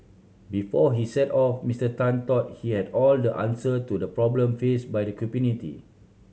before he set off Mister Tan thought he had all the answer to the problem faced by the community